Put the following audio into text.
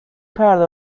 پرده